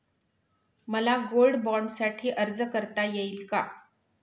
मला गोल्ड बाँडसाठी अर्ज करता येईल का?